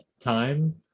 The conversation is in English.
time